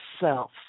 self